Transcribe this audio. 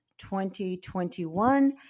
2021